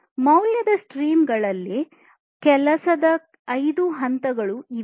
ಮೌಲ್ಯದ ಸ್ಟ್ರೀಮ್ಗಳಲ್ಲಿನ ಕೆಲಸದ ಐದು ಹಂತಗಳು ಇವು ಆಗಿವೆ